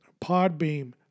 Podbeam